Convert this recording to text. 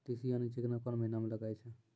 तीसी यानि चिकना कोन महिना म लगाय छै?